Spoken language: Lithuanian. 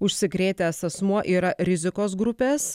užsikrėtęs asmuo yra rizikos grupės